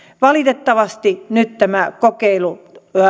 valitettavasti nyt tämä kokeilu